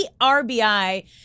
rbi